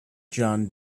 john